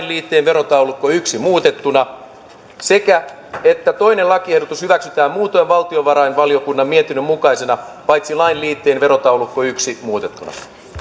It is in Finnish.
liitteen verotaulukko yhtenä muutettuna sekä että toinen lakiehdotus hyväksytään muutoin valtiovarainvaliokunnan mietinnön mukaisena paitsi lain liitteen verotaulukko yhtenä muutettuna